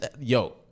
Yo